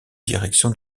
direction